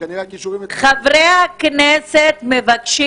כנראה שהכישורים --- חברי הכנסת מבקשים